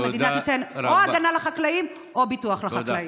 שהמדינה תיתן או הגנה על החקלאים או ביטוח לחקלאים.